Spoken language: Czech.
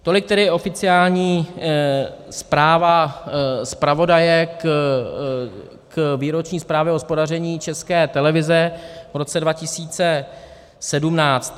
Tolik tedy oficiální zpráva zpravodaje k Výroční zprávě o hospodaření České televize v roce 2017.